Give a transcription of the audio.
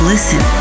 Listen